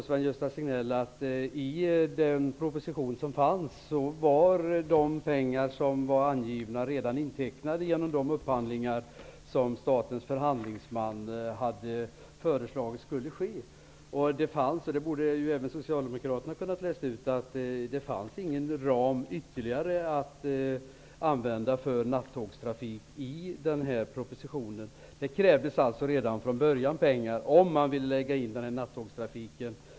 Signell, var de pengar som angavs redan intecknade genom de upphandlingar som statens förhandlingsman hade föreslagit skulle ske. Det fanns inte, och det borde även Socialdemokraterna ha kunnat utläsa, något utrymme i propositionen för en ytterligare ram beträffande nattågstrafiken. Det krävdes alltså redan från början pengar om man ville lägga in nattågstrafiken.